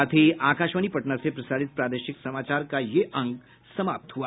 इसके साथ ही आकाशवाणी पटना से प्रसारित प्रादेशिक समाचार का ये अंक समाप्त हुआ